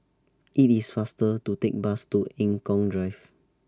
IT IS faster to Take Bus to Eng Kong Drive